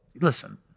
Listen